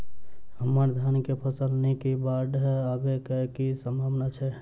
हम्मर धान केँ फसल नीक इ बाढ़ आबै कऽ की सम्भावना छै?